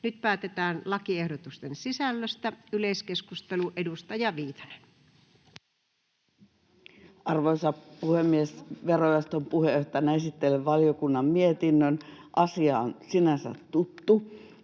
Nyt päätetään lakiehdotusten sisällöstä. — Yleiskeskustelu, edustaja Viitanen. Arvoisa puhemies! Verojaoston puheenjohtajana esittelen valiokunnan mietinnön. Asia on sinänsä tuttu,